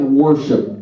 worship